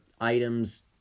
items